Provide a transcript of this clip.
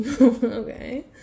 Okay